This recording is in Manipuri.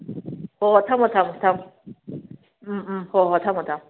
ꯑꯣꯍꯣꯏ ꯊꯝꯃꯣ ꯊꯝꯃꯣ ꯊꯝꯃꯣ ꯎꯝ ꯎꯝ ꯍꯣꯏ ꯍꯣꯏ ꯊꯝꯃꯣ ꯊꯝꯃꯣ